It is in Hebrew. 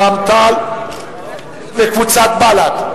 קבוצת רע"ם-תע"ל וקבוצת בל"ד.